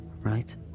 right